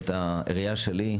את הראייה שלי,